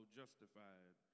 justified